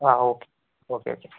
okay okay okay